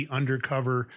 undercover